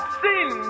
sin